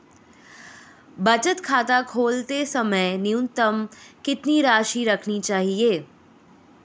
बचत खाता खोलते समय न्यूनतम कितनी राशि रखनी चाहिए?